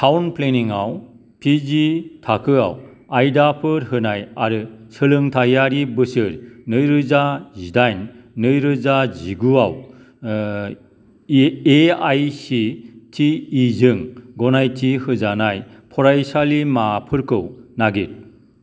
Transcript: town planning आव P G थाखोआव आयदाफोर होनाय आरो सोलोंथाइयारि बोसोर नै रोजा जिदाइन नै रोजा जिगु आव E A I C T E जों गनायथि होजानाय फरायसालिमाफोरखौ नागिर